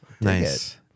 Nice